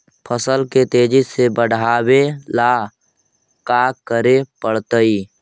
फसल के तेजी से बढ़ावेला का करे पड़तई?